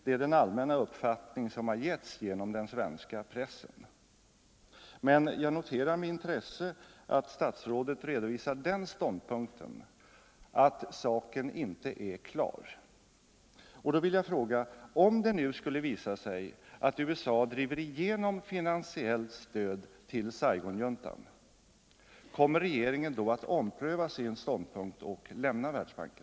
Det är den allmänna uppfattning som har getts genom den svenska pressen. Jag noterar dock med intresse att statsrådet redovisar den ståndpunkten att saken inte är klar. Då vill jag fråga: Om det nu skulle visa sig att USA driver igenom finansiellt stöd till Saigonjuntan, kommer regeringen då att ompröva sin ståndpunkt och lämna Världsbanken?